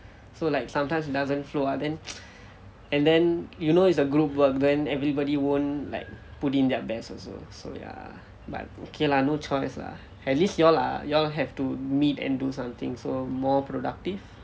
so like sometimes doesn't flow ah then and then you know it's a group work then everybody won't like put in their best also so ya but okay lah no choice lah at least you all are you all have to meet and do something so more productive